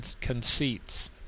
conceits